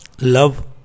love